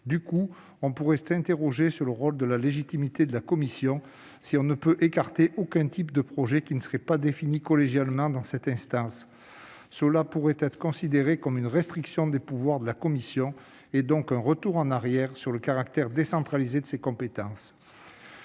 Du coup, ne doit-on pas s'interroger sur le rôle et la légitimité de la commission ? L'impossibilité d'écarter tout type de projet qui ne serait pas défini collégialement dans cette instance pourrait être considérée comme une restriction des pouvoirs de la commission, et donc un retour en arrière quant au caractère décentralisé de ses compétences.